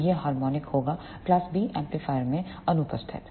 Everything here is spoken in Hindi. तो यह हार्मोनिक होगा क्लास B एम्पलीफायर में अनुपस्थित